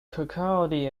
kirkcaldy